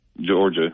Georgia –